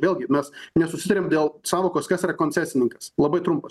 vėlgi mes nesusitarėm dėl sąvokos kas yra koncesininkas labai trumpas